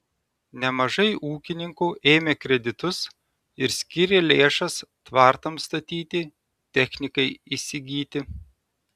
nemažai ūkininkų ėmė kreditus ir skyrė lėšas tvartams statyti technikai įsigyti